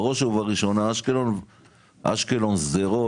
בראש ובראשונה אשקלון, שדרות,